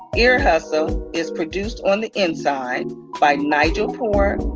ear hustle is produced on the inside by nigel poor,